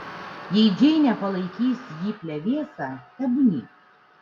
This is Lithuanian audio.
jei džeinė palaikys jį plevėsa tebūnie